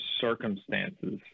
circumstances